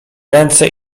ręce